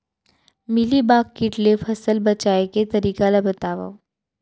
Mealybug kit ले फसल बचाए के तरीका बतावव?